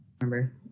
remember